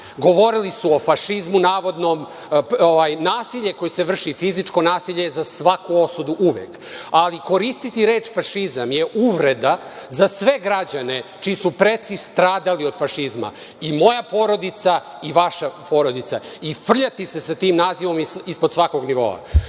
Govorili su o fašizmu navodnom. Nasilje koje se vrši, fizičko nasilje je za svaku osudu uvek, ali koristiti reč „fašizam“ je uvreda za sve građane čiji su preci stradali od fašizma, i moja porodica i vaša porodica, i frljati se sa tim nazivom je ispod svakog nivoa.